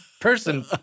person